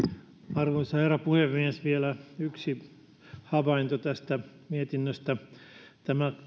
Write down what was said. arvoisa herra puhemies vielä yksi havainto tästä mietinnöstä tämä